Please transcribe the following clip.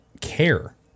care